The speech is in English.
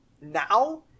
now